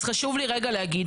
אז חשוב לי רגע להגיד,